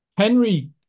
Henry